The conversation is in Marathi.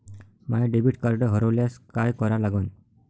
माय डेबिट कार्ड हरोल्यास काय करा लागन?